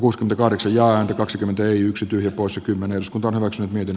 uskon todeksi ja andy kaksikymmentäyksi kirkossa kymmenes kokonaan osa meidän